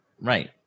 right